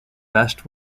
best